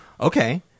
okay